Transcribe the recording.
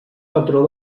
patró